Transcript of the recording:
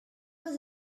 was